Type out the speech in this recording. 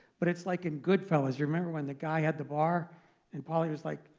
but it's like in goodfellas, remember when the guy had the bar and pauly was like,